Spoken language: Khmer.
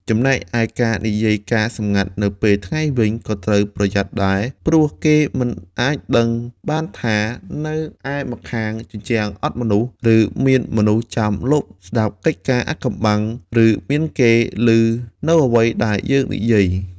ចំណែកឯការនិយាយការណ៍សម្ងាត់នៅពេលថ្ងៃវិញ ក៏ត្រូវប្រយ័ត្នដែរ ព្រោះគេមិនអាចដឹងបានថា នៅឯម្ខាងជញ្ជាំងអត់មនុស្ស ឬមានមនុស្សចាំលបស្ដាប់កិច្ចការអាថ៌កំបាំង ឬមានគេឮនូវរឿងដែលយើងនិយាយ។